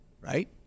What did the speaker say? right